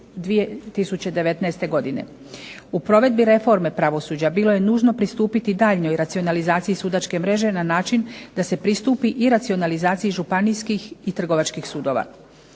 U provedbi reforme pravosuđa bilo je nužno pristupiti daljnjoj racionalizaciji sudačke mreže na način da se pristupi iracionalizaciji županijskih i trgovačkih sudova.